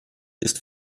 ist